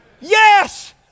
Yes